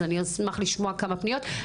אז אשמח לשמוע כמה פניות יש.